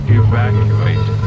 evacuate